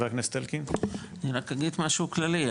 אני רק אגיד משהו כללי.